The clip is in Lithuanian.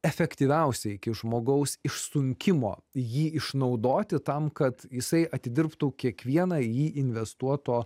efektyviausia iki žmogaus išsunkimo jį išnaudoti tam kad jisai atidirbtų kiekvieną į jį investuoto